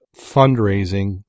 fundraising